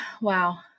wow